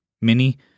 Mini